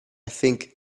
think